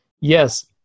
Yes